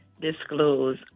disclose